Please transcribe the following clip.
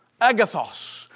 Agathos